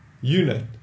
unit